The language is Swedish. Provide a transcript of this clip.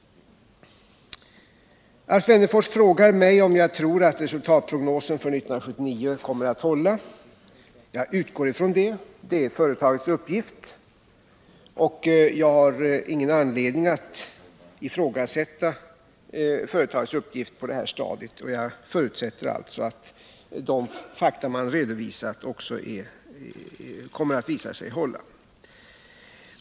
Alf Wennerfors frågade mig om jag tror att resultatprognosen för 1979 kommer att hålla. Jag utgår från det. Det är företagets uppgift, och jag har på detta stadium ingen anledning att ifrågasätta den. Jag förutsätter alltså att de fakta som företaget har redovisat också kommer att visa sig hålla.